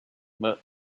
but